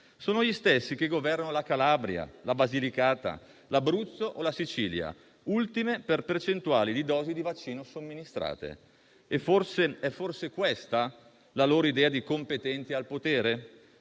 Sono gli stessi che governano la Calabria, la Basilicata, l'Abruzzo o la Sicilia, ultime per percentuali di dosi di vaccino somministrate. È forse questa la loro idea di competenti al potere?